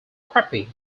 crappie